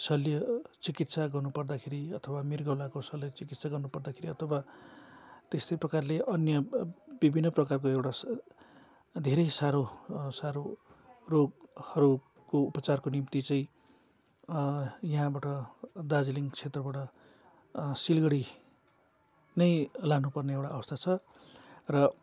शल्य चिकित्सा गर्नु पर्दाखेरि अथवा मृगौलाको शल्य चिकित्सा गर्नु पर्दाखेरि अथवा त्यस्तै प्रकारले अन्य विभिन्न प्रकारको एउटा स धेरै साह्रो साह्रो रोगहरूको उपचारको निम्ति चाहिँ यहाँबाट दार्जिलिङ क्षेत्रबाट सिलगडी नै लानु पर्ने एउटा अवस्था छ र